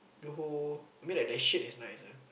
Johor I mean like the shirt is nice ah